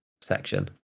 section